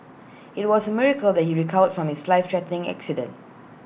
IT was A miracle that he recovered from his life threatening accident